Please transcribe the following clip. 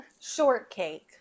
shortcake